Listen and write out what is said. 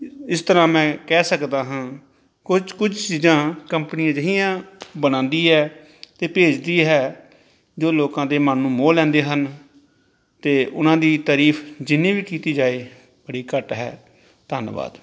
ਇਸ ਤਰ੍ਹਾਂ ਮੈਂ ਕਹਿ ਸਕਦਾ ਹਾਂ ਕੁਝ ਕੁਝ ਚੀਜ਼ਾਂ ਕੰਪਨੀ ਅਜਿਹੀਆ ਬਣਾਉਂਦੀ ਹੈ ਅਤੇ ਭੇਜਦੀ ਹੈ ਜੋ ਲੋਕਾਂ ਦੇ ਮਨ ਨੂੰ ਮੋਹ ਲੈਂਦੇ ਹਨ ਅਤੇ ਉਹਨਾਂ ਦੀ ਤਾਰੀਫ਼ ਜਿੰਨੀ ਵੀ ਕੀਤੀ ਜਾਏ ਬੜੀ ਘੱਟ ਹੈ ਧੰਨਵਾਦ